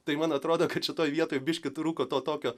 tai man atrodo kad šitoj vietoj biškį trūko to tokio